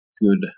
good